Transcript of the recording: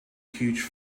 huge